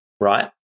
right